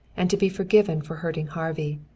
and to be forgiven for hurting harvey.